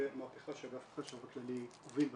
ומהפכה שאגף החשב הכללי הוביל בנושא.